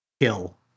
kill